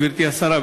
גברתי השרה,